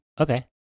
Okay